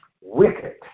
wicked